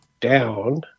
Down